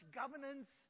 governance